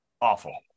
Awful